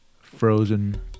frozen